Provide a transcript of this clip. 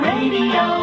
Radio